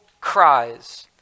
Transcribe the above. cries